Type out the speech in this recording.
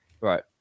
Right